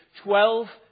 twelve